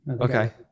Okay